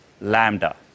Lambda